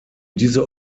diese